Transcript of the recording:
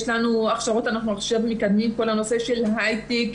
אנחנו מקדמים את נושא ההייטק,